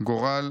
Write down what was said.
גורל